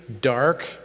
dark